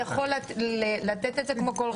יכול לתת את זה כמו כל תרופה.